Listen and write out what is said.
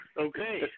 Okay